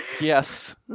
Yes